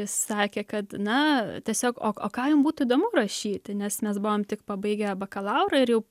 sakė kad na tiesiog o o ką jums būtų įdomu rašyti nes mes buvom tik pabaigę bakalaurą ir jau